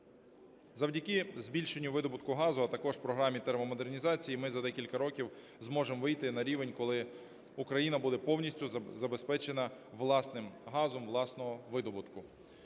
Завдяки збільшенню видобутку газу, а також програмі термомодернізації ми за декілька років зможемо вийти на рівень, коли Україна буде повністю забезпечена власним газом власного видобутку.